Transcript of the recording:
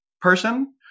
person